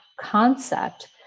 concept